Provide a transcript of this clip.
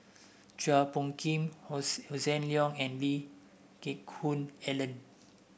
Chua Phung Kim Hossan Leong and Lee Geck Hoon Ellen